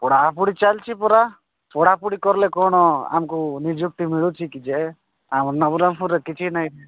ପଢ଼ାପଢ଼ି ଚାଲିଛି ପରା ପଢ଼ାପଢ଼ି କରିଲେ କ'ଣ ଆମକୁ ନିଯୁକ୍ତି ମିଳୁଛି କି ଯେ ଆମ ନବରଙ୍ଗପୁରରେ କିଛି ନାହିଁ